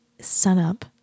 sunup